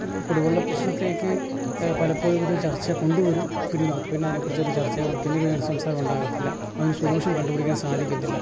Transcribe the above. കുടിവെള്ള പ്രശ്നത്തിലേക്ക് പലപ്പോഴും ഒരു ചർച്ച കൊണ്ട് വരും പിന്നെ നിർത്തും പിന്നെ അതിനെക്കുറിച്ച് ഒരു ചർച്ച പിന്നീട് ഒരു സംസാരവും ഉണ്ടാകത്തില്ല അതിന് ഒരു സൊല്യൂഷൻ കണ്ടുപിടിക്കാൻ സാധിക്കുന്നില്ല